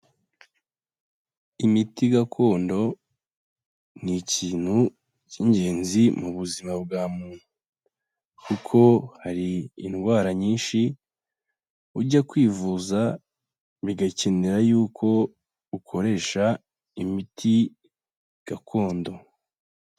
Imiti gakondo ni ikintu cy'ingenzi mu buzima bwa muntu kuko hari indwara nyinshi ujya kwivuza bigakenera y'uko ukoresha imiti gakondo.